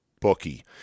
bookie